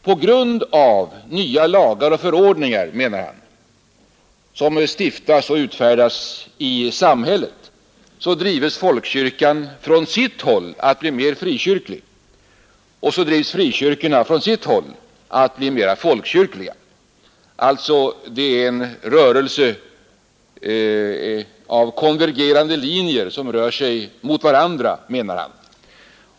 På grund av nya lagar och förordningar som stiftas och utfärdas i samhället drivs folkkyrkan från sitt håll att bli mer frikyrklig och frikyrkorna från sitt håll att bli mera folkkyrkliga. Det är alltså en rörelse av konvergerande linjer, som rör sig mot varandra.